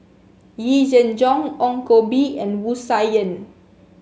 Yee Jenn Jong Ong Koh Bee and Wu Tsai Yen